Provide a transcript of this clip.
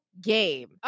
game